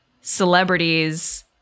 celebrities